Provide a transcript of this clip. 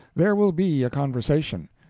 there will be a conversation.